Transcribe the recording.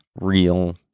real